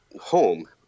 home